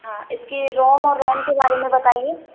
हाँ इसके रोम और रैम के बारे में बताइए